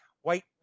white